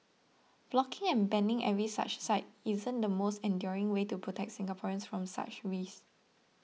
blocking and banning every such site isn't the most enduring way to protect Singaporeans from such risks